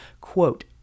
quote